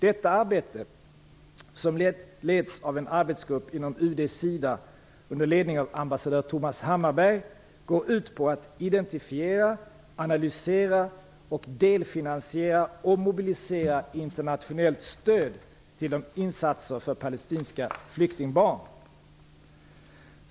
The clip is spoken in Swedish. Detta arbete, som leds av en arbetsgrupp inom UD/SIDA under ledning av ambassadör Thomas Hammarberg, går ut på att identifiera, analysera, delfinansiera och mobilisera ett internationellt stöd till insatser för palestinska flyktingbarn.